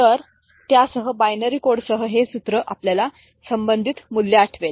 तर त्यासह बायनरी कोडसह हे सूत्र आपल्याला संबंधित मूल्ये आठवेल